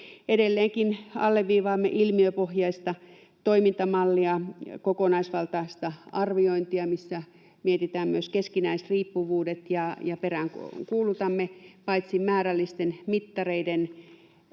Edelleenkin alleviivaamme ilmiöpohjaista toimintamallia, kokonaisvaltaista arviointia, missä mietitään myös keskinäisriippuvuudet, ja peräänkuulutamme paitsi määrällisten mittareiden